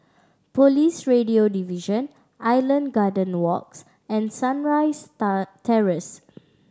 Police Radio Division Island Garden Walks and Sunrise Terrace